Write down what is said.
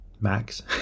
max